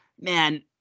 man